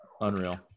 Unreal